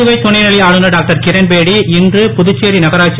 புதுவை துணை நிலை ஆளுநர் டாக்டர் கிரண்பேடி இன்று புதுச்சேரி நகராட்சி